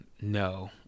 no